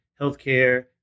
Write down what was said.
healthcare